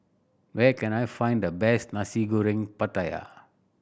where can I find the best Nasi Goreng Pattaya